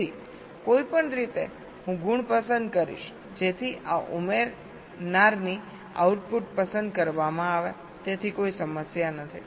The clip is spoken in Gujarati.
તેથી કોઈપણ રીતે હું ગુણ પસંદ કરીશ જેથી આ ઉમેરનારની આઉટપુટ પસંદ કરવામાં આવે તેથી કોઈ સમસ્યા નથી